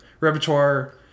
repertoire